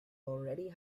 already